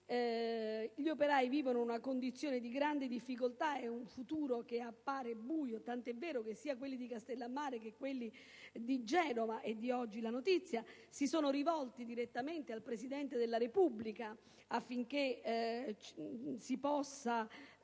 gli operai vivono una situazione di grave incertezza, per un futuro che appare buio, tant'è vero che sia quelli di Castellammare che quelli di Genova - è di oggi la notizia - si sono rivolti direttamente al Presidente della Repubblica per avere una